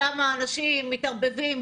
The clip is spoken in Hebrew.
שם אנשים מתערבבים,